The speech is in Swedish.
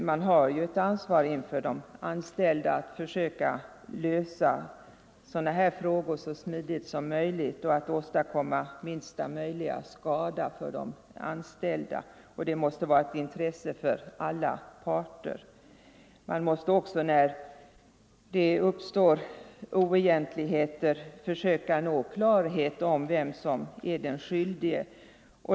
Man har ett ansvar inför de anställda att försöka lösa sådana här frågor så smidigt som möjligt och att åstadkomma minsta möjliga skada för de anställda, och det måste vara ett intresse för alla parter. Man måste också, när det uppstår oegentligheter, försöka nå klarhet om vem som är den skyldige.